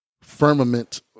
firmament